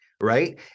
right